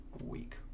week